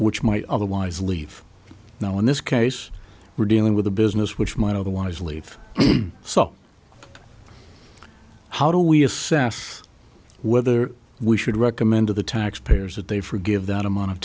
which might otherwise leave now in this case we're dealing with a business which might otherwise leave so how do we assess whether we should recommend to the taxpayers that they forgive that amount of